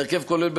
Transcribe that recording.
ההרכב כולל,